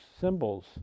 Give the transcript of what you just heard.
symbols